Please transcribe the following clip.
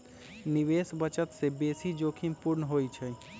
निवेश बचत से बेशी जोखिम पूर्ण होइ छइ